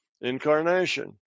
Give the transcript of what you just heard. incarnation